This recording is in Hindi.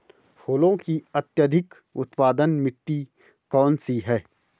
फूलों की अत्यधिक उत्पादन मिट्टी कौन सी है?